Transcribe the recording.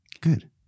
Good